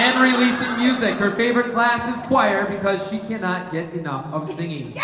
and releasing music her favorite class is choir because she cannot get enough of singing